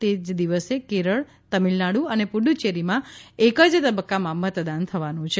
તે જ દિવસે કેરળ તમિળનાડુ અને પુડચ્ચેરીમાં એક જ તબક્કામાં મતદાન થવાનું છે